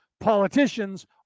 Politicians